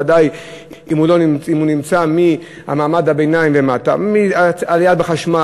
ובוודאי אם הוא מהמעמד הביניים ומטה: מעלייה במחירי החשמל,